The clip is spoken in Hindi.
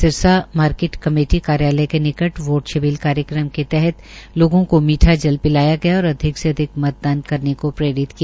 सिरसा मार्केट कमेटी कार्यालय के निकट वोट छवील कार्यक्रम के तहत लोगों को मीठा जल पिलाया गया और अधिक से अधिक मतदान करने को प्रेरित किया